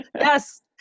Yes